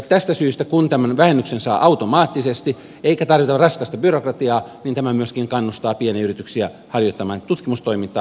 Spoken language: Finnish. tästä syystä kun tämmöisen vähennyksen saa automaattisesti eikä tarvita raskasta byrokratiaa tämä myöskin kannustaa pieniä yrityksiä harjoittamaan tutkimustoimintaa